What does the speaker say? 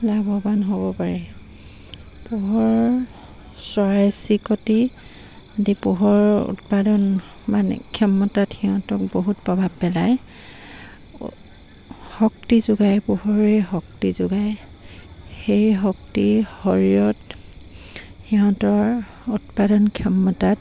লাভৱান হ'ব পাৰে পোহৰৰ চৰাই চিৰিকতি দি পোহৰৰ উৎপাদন মানে ক্ষমতাত সিহঁতক বহুত প্ৰভাৱ পেলায় শক্তি যোগায় পোহৰে শক্তি যোগায় সেই শক্তি শৰীৰত সিহঁতৰ উৎপাদন ক্ষমতাত